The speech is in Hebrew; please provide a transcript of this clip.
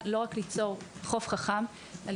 רק בבקשה, אנחנו